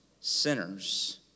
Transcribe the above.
sinners